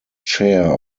chair